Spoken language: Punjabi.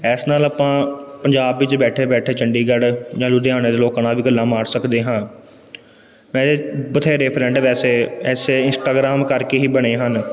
ਇਸ ਨਾਲ ਆਪਾਂ ਪੰਜਾਬ ਵਿੱਚ ਬੈਠੇ ਬੈਠੇ ਚੰਡੀਗੜ੍ਹ ਜਾਂ ਲੁਧਿਆਣੇ ਦੇ ਲੋਕਾਂ ਨਾਲ ਵੀ ਗੱਲਾਂ ਮਾਰ ਸਕਦੇ ਹਾਂ ਮੇਰੇ ਬਥੇਰੇ ਫਰੈਂਡ ਵੈਸੇ ਐਸੇ ਇੰਸਟਾਗਰਾਮ ਕਰ ਕੇ ਹੀ ਬਣੇ ਹਨ